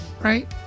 right